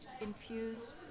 infused